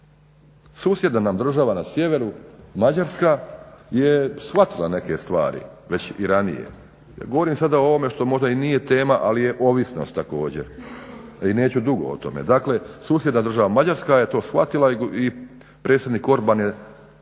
Susjedna nam država na sjeveru Mađarska je shvatila neke stvari već i ranije. Govorim sada o ovome što možda i nije tema, ali je ovisnost također i neću dugo o tome. Dakle, susjedna država Mađarska je to shvatila i predsjednik Orban je